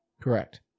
Correct